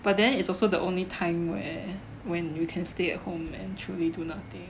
but then is also the only time where when you can stay at home and truly do nothing